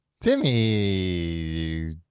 Timmy